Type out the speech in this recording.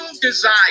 desire